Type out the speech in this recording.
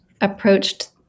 approached